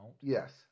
Yes